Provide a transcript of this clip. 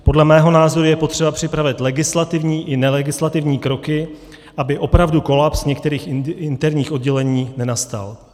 Podle mého názoru je potřeba připravit legislativní i nelegislativní kroky, aby opravdu kolaps některých interních oddělení nenastal.